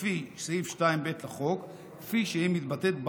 לפי סעיף 2(ב) לחוק כפי שהיא באה לידי ביטוי